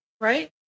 right